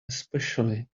especially